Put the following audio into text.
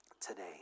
today